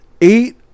eight